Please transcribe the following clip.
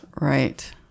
Right